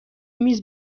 میز